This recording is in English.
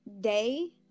day